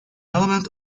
element